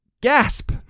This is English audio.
Gasp